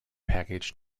package